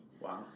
Wow